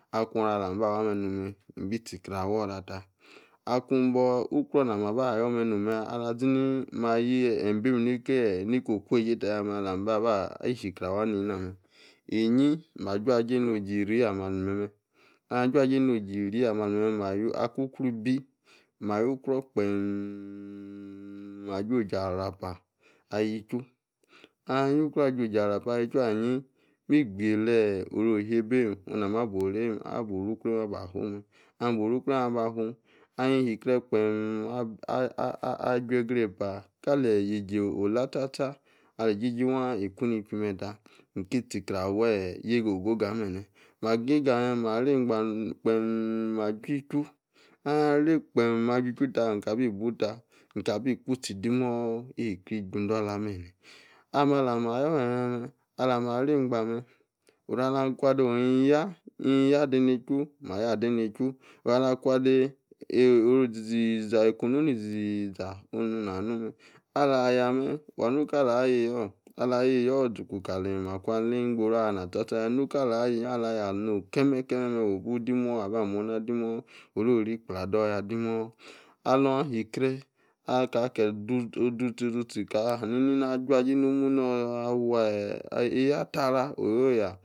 Akuan alamba wah-meh no’h meh. ibi tzi kreh awor ata tah. akun bor-ukrruor namaba yor meh noh meh ala zini-ni mah-yeh beim nikeeh-niko guajei tayah meh alam-ba-ba i-shokrreh wah-nei-na. meh inyi-mah juajei no’h jeiri ah-meh. ali meh-mej. ahia juajei no’h jeiri ah-meh ali meh-meh. aku-krui ibi. mayu-kruor kpeeee emmmm ah-juoji-arapah. ayichu. ahia yah-yu-ukruor ah-juojarapah ayi chu anyi. mi. gbeileeeh-oro-heibeim. nama boreim aborukruoeim aba-fu meh. Hia-bo-rykrueim abafu. ahin yikreh kpeemmm ah-ah-ah-juie-grepah kali-yeijo olah tza-tza, ali-tchi-tchi wah ikuni chwuimeh-tah. inki-tzikraweeeh yeigo-go-gah meneh. mah geigah ah-meh. mah rei-gbaah kpeeeeem aji-chwu. ahia rei kpeem aji-chwu tah. nka bi bu-tah. intabi ku-tzi dimor. ikreh-iju-indolar meneh. ah-meh-ala-ma yor-meh-meh-meh. alama rei-gbah meh. oru-alakwadei in-yah dei neiju. mah-yah dei-neiju. orola-kwadei eeh-oru-izi-zi-zi-zah ekononu izi-zi-zahonu nah nu meh. ahah yah-meh. wah-nu kala yei-yor alah-yei-yor izuku kala makwali-ingborah ina tza-tza yah-meh. nuku kala alah-yah no keme-keme h wubu-dimor aba-muor-nah dimor orori igblah dor-yah. dimor ohun-hikreh. akake du-tzi-du-tzi ka-hanini nah jujei nohmu nor-aweeh. eiyah ahtarah oyo-yah,